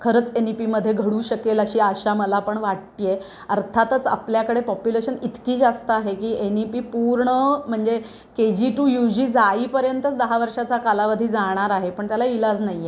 खरंच N E पीमध्ये घडू शकेल अशी अशा मला पण वाटते आहे अर्थातच आपल्याकडे पॉप्युलेशन इतकी जास्त आहे की एन ई पी पूर्ण म्हणजे K G to U G जाईपर्यंतच दहा वर्षाचा कालावधी जाणार आहे पण त्याला इलाज नाही आहे